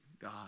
God